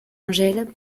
angèle